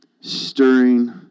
Stirring